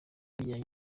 bijyana